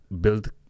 build